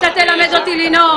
אתה תלמד אותי לנאום.